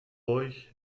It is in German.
euch